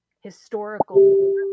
historical